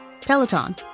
Peloton